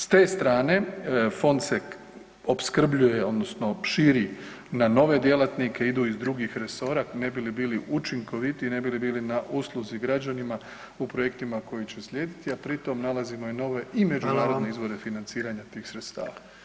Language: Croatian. S te strane fond se opskrbljuje, odnosno širi na nove djelatnike, idu iz drugih resora ne bi li bili učinkovitiji, ne bi li bili na usluzi građanima u projektima koji će uslijediti a pritom nalazimo i nove i međunarodne izvore financiranja tih sredstava.